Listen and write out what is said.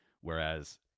whereas